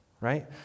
right